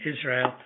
Israel